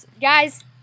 Guys